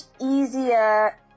easier